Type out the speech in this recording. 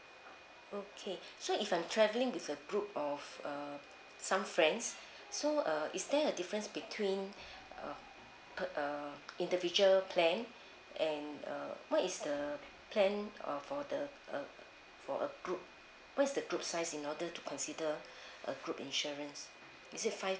okay so if I'm travelling with a group of uh some friends so err is there a difference between uh uh individual plan and uh what is the plan of the uh for a group what is the group size in order to consider a group insurance is it five